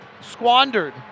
squandered